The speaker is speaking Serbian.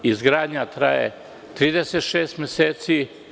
Izgradnja traje 36 meseci.